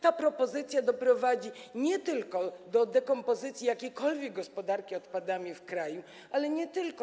Ta propozycja doprowadzi do dekompozycji jakiejkolwiek gospodarki odpadami w kraju, ale nie tylko.